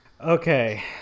Okay